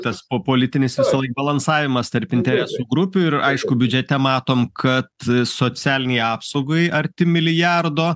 tas o politinis visąlaik balansavimas tarp interesų grupių ir aišku biudžete matom kad socialinei apsaugai arti milijardo